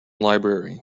library